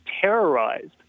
terrorized